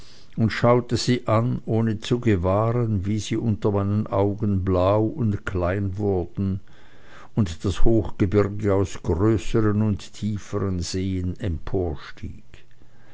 und schaute sie an ohne zu gewahren wie sie unter meinen augen blau und klein wurden und das hochgebirge aus größern und tiefern seen emporstieg